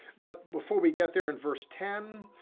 but before we get there in verse ten,